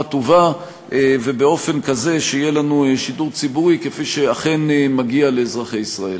טובה ובאופן כזה שיהיה לנו שידור ציבורי כפי שאכן מגיע לאזרחי ישראל.